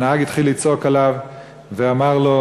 והנהג התחיל לצעוק עליו ואמר לו: